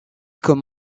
comme